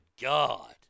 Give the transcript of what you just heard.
God